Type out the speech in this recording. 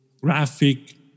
graphic